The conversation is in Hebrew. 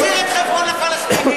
מי החזיר את חברון לפלסטינים?